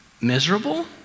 Miserable